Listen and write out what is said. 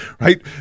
Right